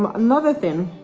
um another thing.